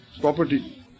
property